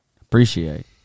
Appreciate